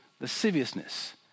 lasciviousness